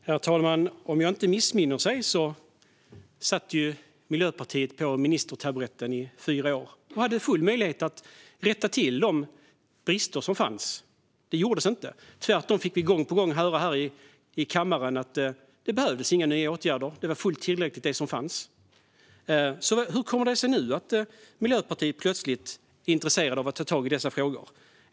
Herr talman! Om jag inte missminner mig satt Miljöpartiet i fyra år på ministertaburetten och hade full möjlighet att rätta till de brister som fanns, men det gjordes inte. Tvärtom fick vi här i kammaren gång på gång höra att det inte behövdes några nya åtgärder. Det som fanns var tillräckligt. Hur kommer det sig nu att Miljöpartiet plötsligt är intresserat av att ta tag i dessa frågor?